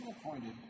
appointed